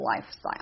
lifestyle